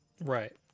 Right